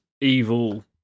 evil